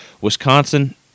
Wisconsin